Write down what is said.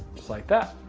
just like that.